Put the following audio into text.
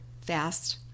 fast